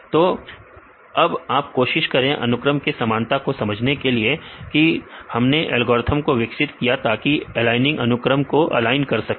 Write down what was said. तो अब आप कोशिश करें अनुक्रम में समानता को समझने की इसके लिए हमने एल्गोरिथ्म को विकसित किया ताकि एलाइनिंग अनुक्रम को ऑलाइन कर सकें